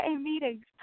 meetings